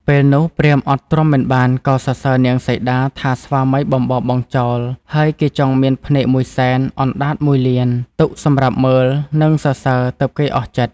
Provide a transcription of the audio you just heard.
ពេលនោះព្រាហ្មណ៍អត់ទ្រាំមិនបានក៏សរសើរនាងសីតាថាស្វាមីបំបរបង់ចោល ហើយគេចង់មានភ្នែកមួយសែន អណ្តាតមួយលាន ទុកសម្រាប់មើល និងសរសើរទើបគេអស់ចិត្ត។